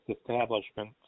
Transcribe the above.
establishment